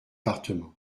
départements